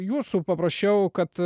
jūsų paprašiau kad